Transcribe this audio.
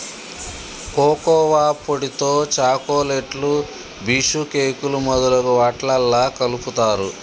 cocoa పొడితో చాకోలెట్లు బీషుకేకులు మొదలగు వాట్లల్లా కలుపుతారు